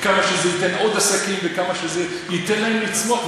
כמה שזה ייתן עוד עסקים וכמה שזה ייתן להם לצמוח.